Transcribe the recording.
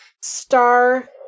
Star